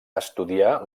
estudià